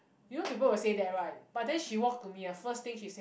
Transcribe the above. you know people will say that right but then she walk to me first thing she said